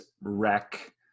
wreck